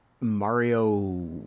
Mario